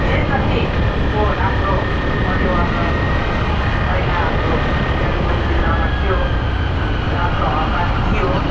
जे जतिको राम्रो पर्यावरण पहिला हाम्रो कालिम्पोङ जिल्लामा थियो राम्रो हवा पनि थियो